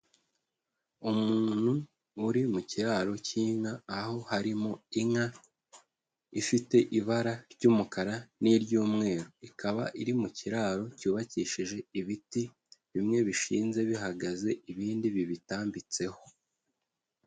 Umuntu uri mu kiraro cy'inka, aho harimo inka ifite ibara ry'umukara n'iry'umweru, ikaba iri mu kiraro cyubakishije ibiti, bimwe bishinze bihagaze ibindi bibitambitseho.